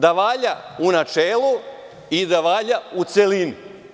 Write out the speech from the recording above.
Da valja u načelu i da valja u celini.